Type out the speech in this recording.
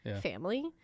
family